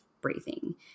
breathing